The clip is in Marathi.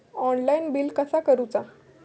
ऑनलाइन बिल कसा करुचा?